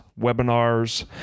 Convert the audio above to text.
webinars